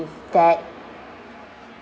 with that